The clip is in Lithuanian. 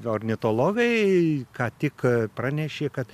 ornitologai ką tik pranešė kad